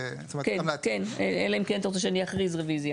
כן, אלא אם כן אתה רוצה שאני אכריז רביזיה.